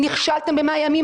נכשלתם ב-100 ימים.